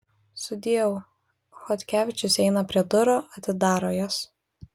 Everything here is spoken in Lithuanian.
sudieu chodkevičius eina prie durų atidaro jas